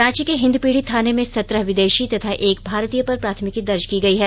रांची के हिंदपीढ़ी थाने में सत्रह विदेषी तथा एक भारतीय पर प्राथमिकी दर्ज की गई है